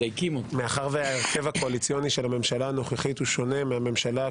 מאחר וההרכב הקואליציוני הוא שונה מהממשלה הקודמת.